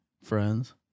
friends